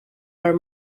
are